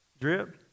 Drip